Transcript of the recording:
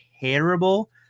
terrible